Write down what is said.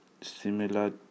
similar